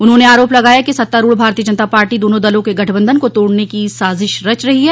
उन्होंने आरोप लगाया कि सत्तारूढ़ भारतीय जनता पार्टी दोनों दलों के गठबंधन को तोड़ने की साजिश रच रही है